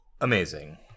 amazing